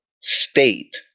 state